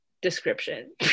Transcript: description